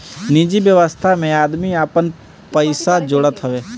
निजि व्यवस्था में आदमी आपन पइसा जोड़त हवे